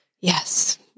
Yes